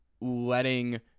letting